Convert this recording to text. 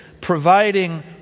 providing